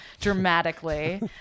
dramatically